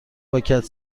پاکت